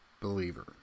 believer